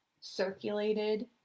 circulated